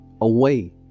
away